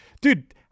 dude